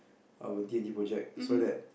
our D-and-T project so that